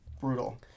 brutal